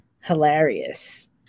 hilarious